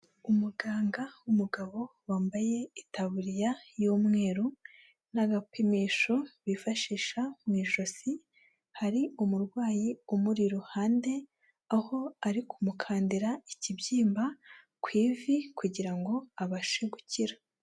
Umuganga w'umugabo wambaye itaburiya y'umwe n'agapimisho bifashisha mu ijosi, hari umurwayi umuri iruhande aho ari kumukandira ikibyimba ku ivi kugira ngo abashe gukira.